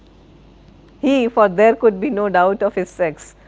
he for there could be no doubt of his sex,